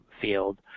field